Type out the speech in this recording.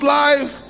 life